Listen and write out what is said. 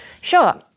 Sure